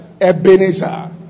Ebenezer